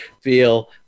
feel